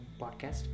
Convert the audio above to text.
podcast